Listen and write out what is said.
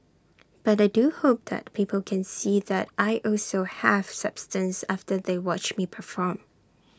but I do hope that people can see that I also have substance after they watch me perform